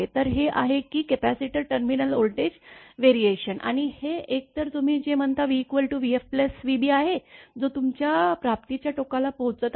तर हे आहे की कपॅसिटर टर्मिनल व्होल्टेज व्हेरिएशन आणि हे एकतर तुम्ही जे म्हणता v vfvb आहे जो तुमच्या प्राप्तीच्या टोकाला पोहोचत आहे